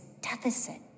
deficit